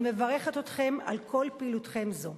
אני מברכת אתכם על כל פעילותכם זו.